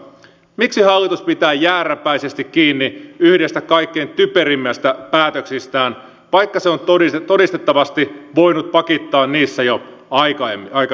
miksi hallitus pitää jääräpäisesti kiinni yhdestä kaikkein typerimmistä päätöksistään vaikka se on todistettavasti voinut pakittaa niissä jo aikaisemmin